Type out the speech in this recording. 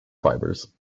fibers